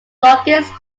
longest